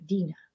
Dina